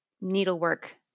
needlework